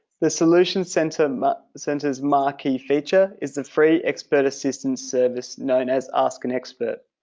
the solution center's um center's marquis feature is the free expert assistance service known as ask an expert.